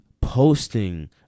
posting